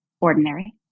ordinary